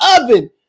oven